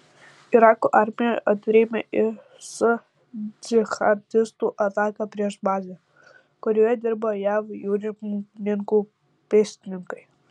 irako armija atrėmė is džihadistų ataką prieš bazę kurioje dirba jav jūrų pėstininkai